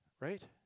Right